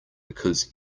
because